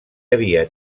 havia